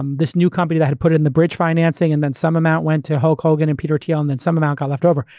um this new company that had put in the bridge financing, and then some amount went to hulk hogan and peter t. l, and then some amount got left over.